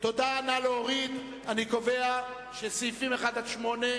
סעיפים 8-1 נתקבלו.